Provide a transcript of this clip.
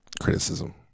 criticism